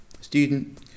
student